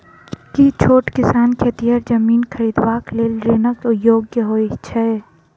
की छोट किसान खेतिहर जमीन खरिदबाक लेल ऋणक योग्य होइ छै?